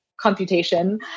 computation